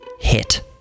hit